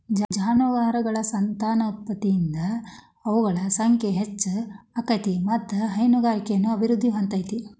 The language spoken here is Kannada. ಜಾನುವಾರಗಳ ಸಂತಾನೋತ್ಪತ್ತಿಯಿಂದ ಅವುಗಳ ಸಂಖ್ಯೆ ಹೆಚ್ಚ ಆಗ್ತೇತಿ ಮತ್ತ್ ಹೈನುಗಾರಿಕೆನು ಅಭಿವೃದ್ಧಿ ಹೊಂದತೇತಿ